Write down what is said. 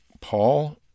Paul